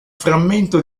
frammento